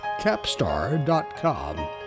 Capstar.com